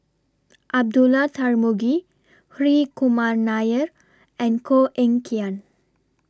Abdullah Tarmugi Hri Kumar Nair and Koh Eng Kian